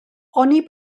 oni